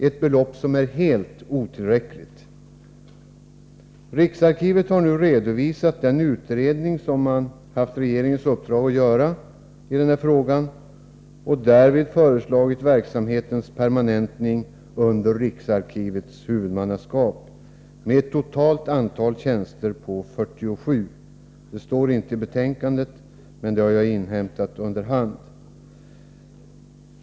— ett belopp som är helt otillräckligt. Riksarkivet har nu redovisat den utredning i frågan som man haft regeringens uppdrag att göra och därvid föreslagit verksamhetens permanentning under riksarkivets huvudmannaskap med ett totalt antal tjänster av 47. Det står inte i betänkandet, men jag har inhämtat det under hand.